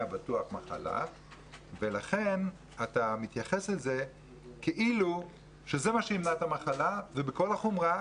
מחלה ולכן אתה מתייחס לזה כאילו זה מה שימנע את המחלה ובכל החומרה,